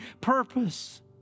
purpose